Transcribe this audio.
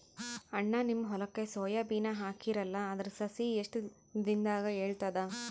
ಅಣ್ಣಾ, ನಿಮ್ಮ ಹೊಲಕ್ಕ ಸೋಯ ಬೀನ ಹಾಕೀರಲಾ, ಅದರ ಸಸಿ ಎಷ್ಟ ದಿಂದಾಗ ಏಳತದ?